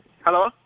Hello